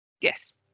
Yes